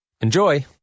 Enjoy